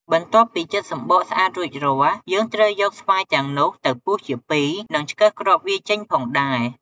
បន្ទាប់ពីចិតសំំបកស្អាតរួចរាល់ យើងត្រូវយកស្វាយទាំងនោះទៅពុះជាពីរ និងឆ្កឹះគ្រាប់វាចេញផងដែរ។